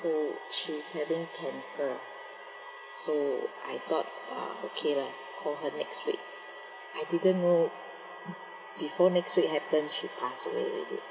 oh she's having cancer so I thought uh okay lah call her next week I didn't know before next week happen she pass away already